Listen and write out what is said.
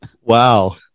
Wow